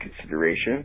consideration